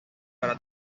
para